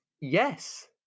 Yes